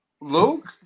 Luke